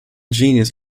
genius